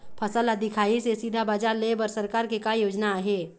फसल ला दिखाही से सीधा बजार लेय बर सरकार के का योजना आहे?